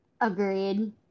Agreed